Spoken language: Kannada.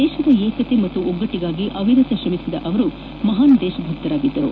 ದೇಶದ ಏಕತೆ ಮತ್ತು ಒಗ್ಗಟ್ಟಿಗಾಗಿ ಅವಿರತೆ ಶ್ರಮಿಸಿದ್ದ ಮುಖರ್ಜಿ ಮಹಾನ್ ದೇಶಭಕ್ತರಾಗಿದ್ದರು